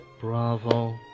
Bravo